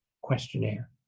questionnaire